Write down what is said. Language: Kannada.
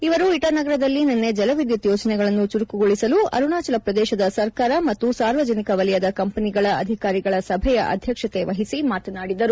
ಅವರು ಇಟಾನಗರದಲ್ಲಿ ನಿನ್ನೆ ಜಲವಿದ್ದುತ್ ಯೋಜನೆಗಳನ್ನು ಚುರುಕುಗೊಳಿಸಲು ಅರುಣಾಚಲ ಪ್ರದೇಶದ ಸರ್ಕಾರ ಮತ್ತು ಸಾರ್ವಜನಿಕ ವಲಯದ ಕಂಪನಿಗಳ ಅಧಿಕಾರಿಗಳ ಸಭೆಯ ಅಧ್ಲಕ್ಷತೆ ವಹಿಸಿ ಮಾತನಾಡಿದರು